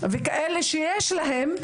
וכאלה שיש להם,